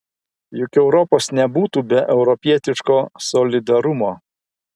juk europos nebūtų be europietiško solidarumo